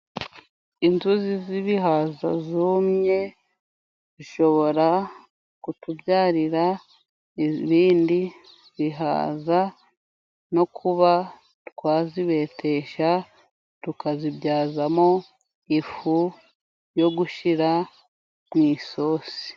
Inzuzi z'ibihaza zumye zishobora kutubyarira ibindi bihaza, no kuba twazibetesha tukazibyaza mo ifu yo gushyira mu isosi.